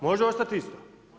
Može ostati isto.